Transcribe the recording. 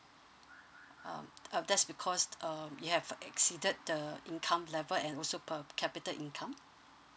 um uh that's because um you have exceeded the income level and also per capita income